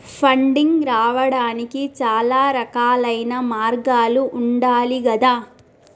funding రావడానికి చాలా రకాలైన మార్గాలు ఉండాలి గదా